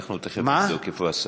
אנחנו תכף נבדוק, איפה השר?